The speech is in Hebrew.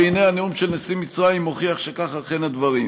והנה הנאום של נשיא מצרים מוכיח שככה אכן הדברים.